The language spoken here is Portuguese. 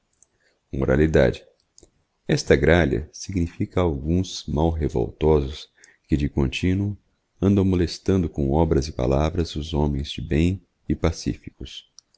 moralidade esta gralha significa alguns mal revoltosos que de continuo andão molestando com obras e palavras os homens de bem e pacificas